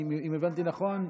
אם הבנתי נכון,